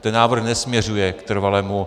Ten návrh nesměřuje k trvalému...